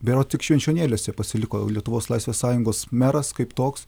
berods tik švenčionėliuose pasiliko lietuvos laisvės sąjungos meras kaip toks